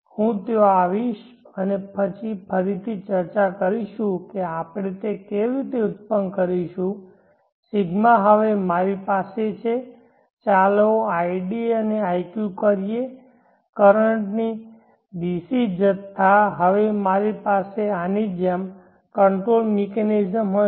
હું ત્યાં આવીશ અને પછીથી ચર્ચા કરીશું કે આપણે આ કેવી રીતે ઉત્પન્ન કરીશું ρ હવે મારી પાસે છે ચાલો id અને iqકહીએ કરંટ ની DC જથ્થા હવે મારી પાસે આની જેમ કંટ્રોલ મિકેનિઝમ હશે